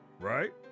Right